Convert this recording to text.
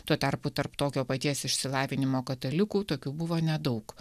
tuo tarpu tarp tokio paties išsilavinimo katalikų tokių buvo nedaug